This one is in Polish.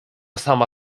sama